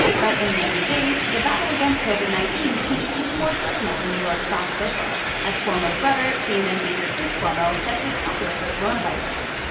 but in recent days, the battle against covid nineteen became even more personal for new york's top official, as cuomo's brother, cnn anchor chris cuomo, tested positive for coronavirus.